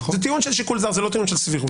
זה טיעון של שיקול דעת ולא טיעון של סבירות.